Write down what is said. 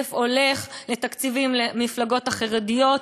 הכסף הולך לתקציבים למפלגות החרדיות,